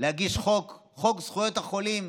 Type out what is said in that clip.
להגיש חוק, חוק זכויות החולים,